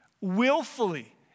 willfully